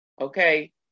Okay